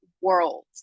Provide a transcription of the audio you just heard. world